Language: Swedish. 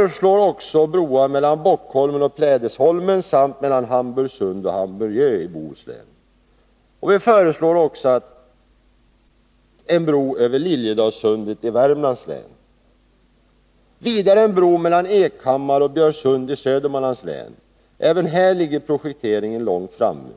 En bro mellan Ekhammar och Björsund i Södermanlands län. Även här ligger projekteringen långt framme.